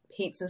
pizzas